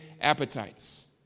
appetites